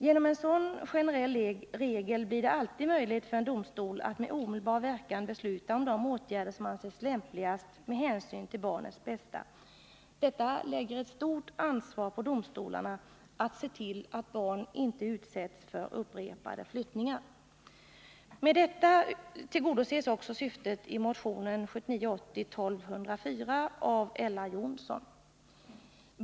Genom en sådan generell regel blir det alltid möjligt för en domstol att med omedelbar verkan besluta om de åtgärder som anses lämpligast med hänsyn till barnets bästa. Detta lägger ett stort ansvar på domstolarna när det gäller att se till att barn inte utsätts för upprepade flyttningar.